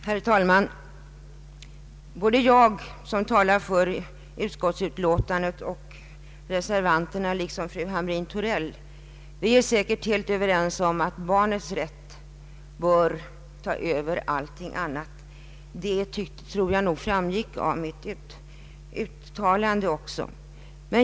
Herr talman! Både jag, som talar för utskottet, och reservanten — liksom fru Hamrin-Thorell — är säkert helt överens om att barnets rätt bör gå före allt annat. Detta framgick nog också av mitt tidigare anförande.